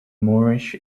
moorish